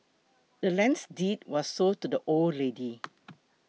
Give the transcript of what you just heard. the land's deed was sold to the old lady